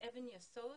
יסוד